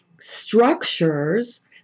Structures